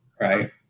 Right